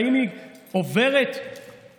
האם היא עוברת את